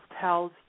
tells